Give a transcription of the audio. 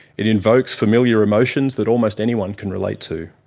it invokes familiar emotions that almost anyone can relate to.